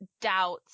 doubts